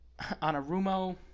Anarumo